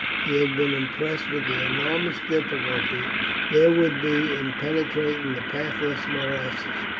he had been impressed with the enormous difficulty there would be in penetrating the pathless morasses,